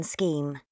Scheme